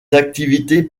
activités